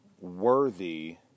worthy